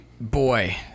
boy